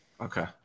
Okay